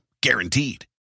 Guaranteed